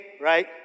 right